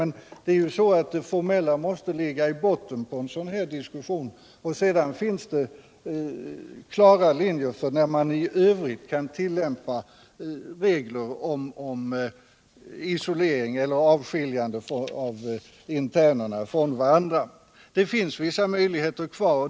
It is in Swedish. Men det formella måste ligga i botten på en sådan här diskussion, och sedan finns det klara linjer för när en sådan åtgärd som isolering eller avskiljande av interner från varandra kan tillgripas. Det finns vissa möjligheter kvar.